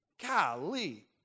Golly